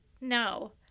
No